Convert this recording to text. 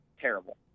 terrible